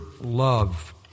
love